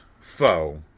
foe